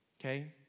okay